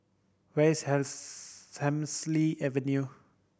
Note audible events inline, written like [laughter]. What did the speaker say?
where is [unintelligible] Hemsley Avenue